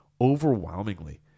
Overwhelmingly